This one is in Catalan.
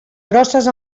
grosses